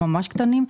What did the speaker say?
הממש קטנים.